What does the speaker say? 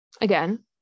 again